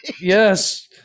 yes